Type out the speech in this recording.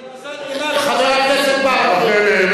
זה מזל, חבר הכנסת ברכה.